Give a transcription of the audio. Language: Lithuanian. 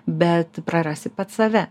bet prarasi pats save